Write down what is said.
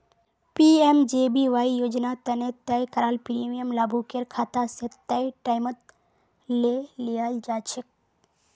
PMJBY योजना तने तय कराल प्रीमियम लाभुकेर खाता स तय टाइमत ले लियाल जाछेक